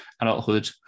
adulthood